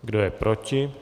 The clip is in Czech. Kdo je proti?